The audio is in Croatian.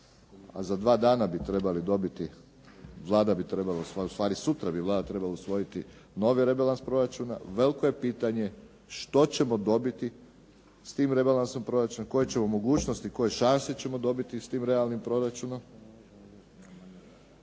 a za 2 dana bi trebali dobiti, sutra bi Vlada trebala usvojiti novi rebalans proračuna. Veliko je pitanje što ćemo dobiti s tim rebalansom proračuna? Koje ćemo mogućnosti, koje šanse ćemo dobiti s tim realnim proračunom?